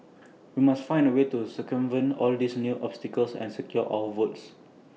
we must find A way to circumvent all these new obstacles and secure our votes